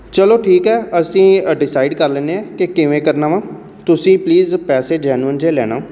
ਚਲੋ ਠੀਕ ਹੈ ਅਸੀਂ ਅ ਡਿਸਾਈਡ ਕਰ ਲੈਂਦੇ ਹਾਂ ਕਿ ਕਿਵੇਂ ਕਰਨਾ ਵਾ ਤੁਸੀਂ ਪਲੀਜ਼ ਪੈਸੇ ਜੈਨੂਅਨ ਜਿਹੇ ਲੈਣਾ